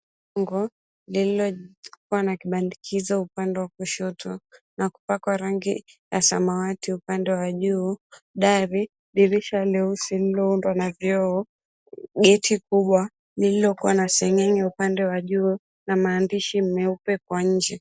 Bango lililokuwa na kibandikizo upande wa kushoto, na kupakwa rangi ya samawati upande wa juu. Dari, dirisha leusi lililoundwa na vioo, geti kubwa lililokuwa na senyenge upande wa juu, na maandishi meupe kwa nje.